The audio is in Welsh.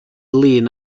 lŷn